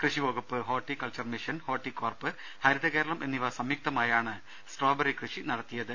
കൃഷിവകുപ്പ് horticulture mission Horticorp Haritha Keralam എന്നിവ സംയുക്തമായാണ് സ്ട്രോബറി കൃഷി നടത്തിയത്